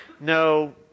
No